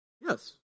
yes